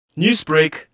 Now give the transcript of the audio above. Newsbreak